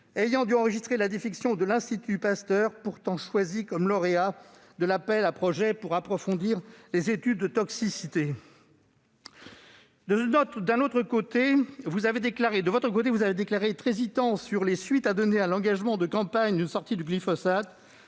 effet dû enregistrer la défection de l'Institut Pasteur, pourtant choisi comme lauréat de l'appel à projets pour approfondir les études de toxicité. De votre côté, monsieur le ministre, vous avez déclaré être hésitant sur les suites à donner à l'engagement de campagne d'une sortie du glyphosate.